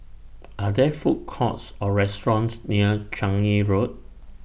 Are There Food Courts Or restaurants near Changi Road